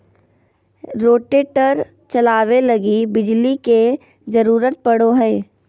rotator चलावे लगी बिजली के जरूरत पड़ो हय